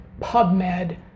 pubmed